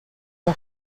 اون